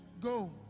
go